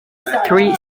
three